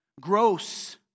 gross